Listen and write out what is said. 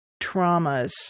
traumas